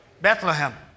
Bethlehem